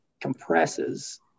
compresses